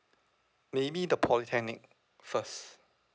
maybe the polytechnic first